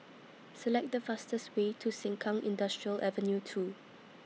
Select The fastest Way to Sengkang Industrial Avenue two